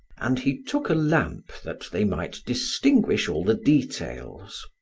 and he took a lamp that they might distinguish all the details.